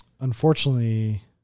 Unfortunately